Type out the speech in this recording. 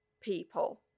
people